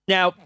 Now